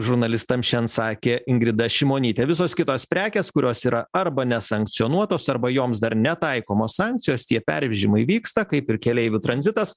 žurnalistam šian sakė ingrida šimonytė visos kitos prekės kurios yra arba nesankcionuotos arba joms dar netaikomos sankcijos tie pervežimai vyksta kaip ir keleivių tranzitas